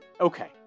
Okay